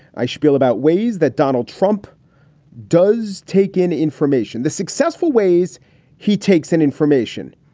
i spiel about ways that donald trump does take in information, the successful ways he takes in information.